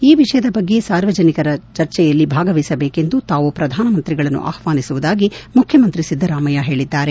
ಈ ವಿಷಯದ ಬಗ್ಗೆ ಸಾರ್ವಜನಿಕ ಚರ್ಚೆಯಲ್ಲಿ ಭಾಗವಹಿಸಬೇಕೆಂದು ತಾವು ಪ್ರಧಾನಮಂತ್ರಿಗಳನ್ನು ಆಹ್ನಾನಿಸುವುದಾಗಿ ಮುಖ್ಯಮಂತ್ರಿ ಸಿದ್ಗರಾಮಯ್ಲ ಹೇಳದ್ದಾರೆ